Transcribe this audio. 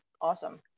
Awesome